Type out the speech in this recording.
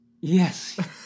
Yes